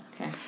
Okay